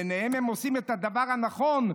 בעיניהם הם עושים את הדבר הנכון,